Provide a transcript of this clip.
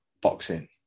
boxing